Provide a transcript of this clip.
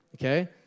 okay